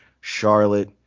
Charlotte